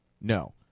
no